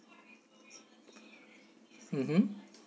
mmhmm